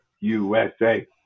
USA